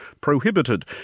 prohibited